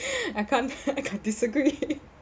I can't I can't disagree